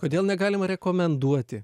kodėl negalima rekomenduoti